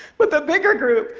but the bigger group,